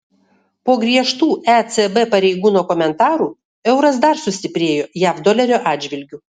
po griežtų ecb pareigūno komentarų euras dar sustiprėjo jav dolerio atžvilgiu